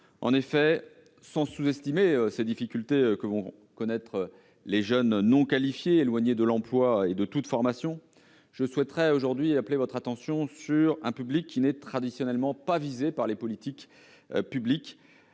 formation. Sans sous-estimer les difficultés que vont rencontrer les jeunes non qualifiés, éloignés de l'emploi et de toute formation, je souhaiterais appeler votre attention sur un public qui n'est traditionnellement pas visé par les politiques publiques